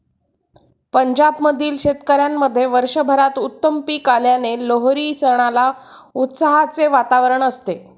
पंजाब मधील शेतकऱ्यांमध्ये वर्षभरात उत्तम पीक आल्याने लोहरी सणाला उत्साहाचे वातावरण असते